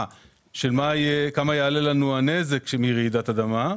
של כמה יעלה לנו הנזק מרעידת אדמה,